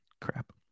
crap